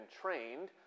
trained